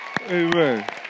Amen